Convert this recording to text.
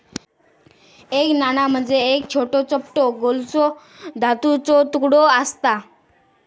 एक नाणा म्हणजे एक छोटो, चपटो गोलसो धातूचो तुकडो आसता